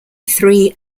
three